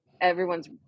Everyone's